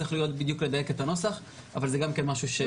צריך לדייק את הנוסח, אבל זה גם כן משהו שמקובל.